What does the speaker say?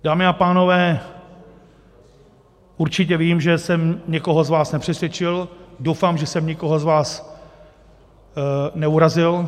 Dámy a pánové, určitě vím, že jsem někoho z vás nepřesvědčil, doufám, že jsem nikoho z vás neurazil.